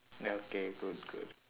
ya okay good good